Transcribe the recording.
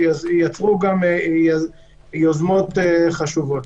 שיצרו גם יוזמות חשובות.